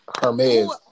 Hermes